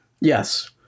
Yes